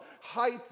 Height